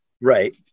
Right